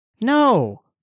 No